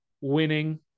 winning